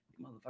motherfucker